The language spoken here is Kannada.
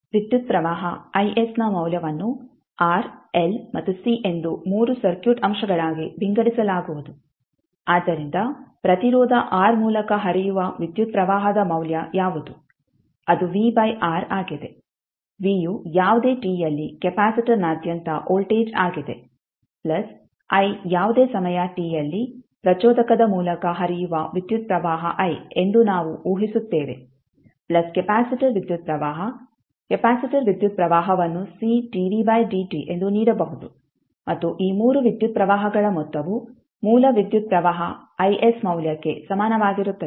ವಿದ್ಯುತ್ ಪ್ರವಾಹ I s ನ ಮೌಲ್ಯವನ್ನು R L ಮತ್ತು C ಎಂದು 3 ಸರ್ಕ್ಯೂಟ್ ಅಂಶಗಳಾಗಿ ವಿಂಗಡಿಸಲಾಗುವುದು ಆದ್ದರಿಂದ ಪ್ರತಿರೋಧ R ಮೂಲಕ ಹರಿಯುವ ವಿದ್ಯುತ್ ಪ್ರವಾಹದ ಮೌಲ್ಯ ಯಾವುದು ಅದು V ಬೈ R ಆಗಿದೆ V ಯು ಯಾವುದೇ t ಯಲ್ಲಿ ಕೆಪಾಸಿಟರ್ನಾದ್ಯಂತ ವೋಲ್ಟೇಜ್ ಆಗಿದೆ ಪ್ಲಸ್ i ಯಾವುದೇ ಸಮಯ t ಯಲ್ಲಿ ಪ್ರಚೋದಕದ ಮೂಲಕ ಹರಿಯುವ ವಿದ್ಯುತ್ ಪ್ರವಾಹ i ಎಂದು ನಾವು ಊಹಿಸುತ್ತೇವೆ ಪ್ಲಸ್ ಕೆಪಾಸಿಟರ್ ವಿದ್ಯುತ್ ಪ್ರವಾಹ ಕೆಪಾಸಿಟರ್ ವಿದ್ಯುತ್ ಪ್ರವಾಹವನ್ನು C dv ಬೈ dt ಎಂದು ನೀಡಬಹುದು ಮತ್ತು ಈ 3 ವಿದ್ಯುತ್ ಪ್ರವಾಹಗಳ ಮೊತ್ತವು ಮೂಲ ವಿದ್ಯುತ್ ಪ್ರವಾಹ Is ಮೌಲ್ಯಕ್ಕೆ ಸಮಾನವಾಗಿರುತ್ತದೆ